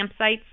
campsites